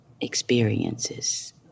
experiences